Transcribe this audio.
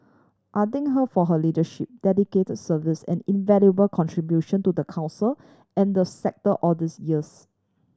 I think her for her leadership dedicated service and invaluable contribution to the Council and the sector all these years